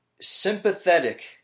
sympathetic